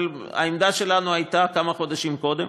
אבל העמדה שלנו הייתה כמה חודשים קודם,